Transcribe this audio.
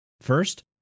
First